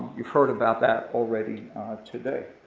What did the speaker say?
we've heard about that already today.